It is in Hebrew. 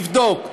הוא יבדוק,